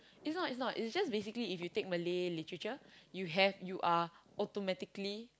is not is not is just basically you take Malay literature you have automatically